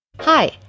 Hi